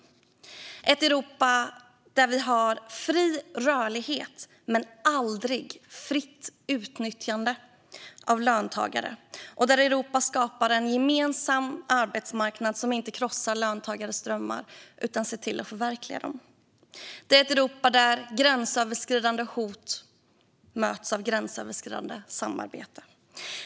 Det är ett Europa där vi har fri rörlighet men aldrig fritt utnyttjande av löntagare och där Europa skapar en gemensam arbetsmarknad som inte krossar löntagares drömmar utan ser till att förverkliga dem. Det är ett Europa där gränsöverskridande hot möts av gränsöverskridande samarbete.